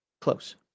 close